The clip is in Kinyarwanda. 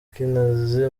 kinazi